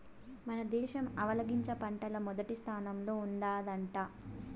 మన దేశం ఆవాలగింజ పంటల్ల మొదటి స్థానంలో ఉండాదట